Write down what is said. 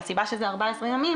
הסיבה שזה 14 ימים,